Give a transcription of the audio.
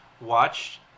watched